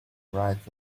arrived